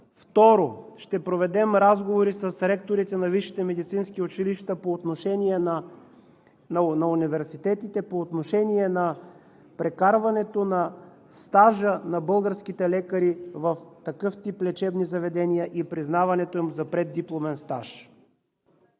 Второ, ще проведем разговори с ректорите на висшите медицински училища по отношение на университетите, по отношение на прекарването на стажа на българските лекари в такъв тип лечебни заведения и признаването им за преддипломен стаж.